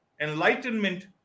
enlightenment